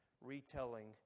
retelling